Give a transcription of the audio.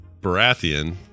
Baratheon